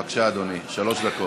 בבקשה, אדוני, שלוש דקות.